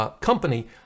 company